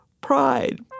pride